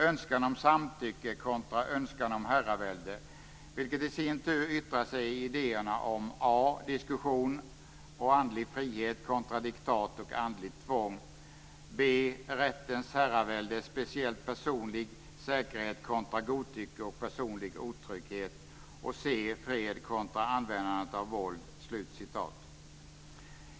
Önskan om samtycke kontra önskan om herravälde, vilket i sin tur yttrar sig i idéerna om a. diskussion, andlig frihet kontra diktat och andligt tvång, b. rättens herravälde, speciellt personlig säkerhet kontra godtycke och personlig otrygghet, c. fred kontra användandet av våld."